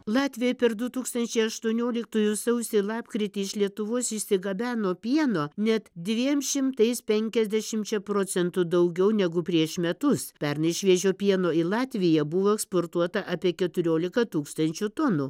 latviai per du tūkstančiai aštuonioliktųjų sausį lapkritį iš lietuvos išsigabeno pieno net dviem šimtais penkiasdešimčia procentų daugiau negu prieš metus pernai šviežio pieno į latviją buvo eksportuota apie keturiolika tūkstančių tonų